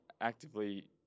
actively